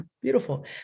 Beautiful